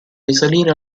risalire